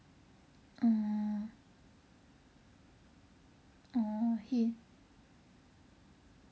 oh orh he